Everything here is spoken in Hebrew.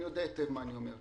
אני יודע היטב מה אני אומר.